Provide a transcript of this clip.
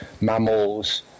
mammals